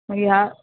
हया